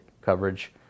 coverage